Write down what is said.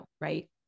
Right